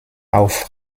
auf